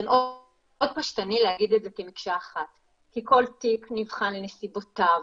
מאוד פשטני להגיד את זה במקשה אחת כי כל תיק נבחן לנסיבותיו,